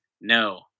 no